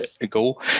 ago